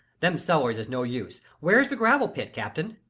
them cellars is no use. where's the gravel pit, captain?